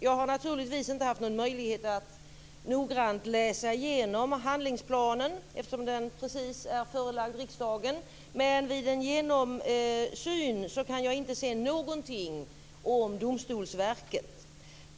Jag har naturligtvis inte haft någon möjlighet att noggrant läsa igenom handlingsplanen, eftersom den precis är förelagd riksdagen, men vid en genomsyn kan jag inte se någonting om Domstolsverket.